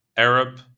Arab